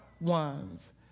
ones